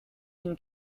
une